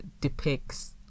depicts